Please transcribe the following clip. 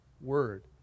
word